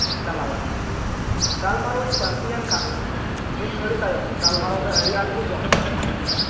ᱪᱟᱞᱟᱣᱮᱱᱟ ᱜᱟᱞᱢᱟᱨᱟᱣ ᱤᱧ ᱯᱟᱱᱛᱮᱭᱮᱱ ᱠᱷᱟᱱ ᱢᱤᱫ ᱜᱷᱟᱹᱲᱤ ᱛᱟᱭᱚᱢ ᱜᱟᱞᱢᱟᱨᱟᱣ ᱫᱚ ᱟᱹᱰᱤ ᱟᱸᱴᱜᱮ ᱡᱚᱢᱠᱟᱣ ᱮᱱᱟ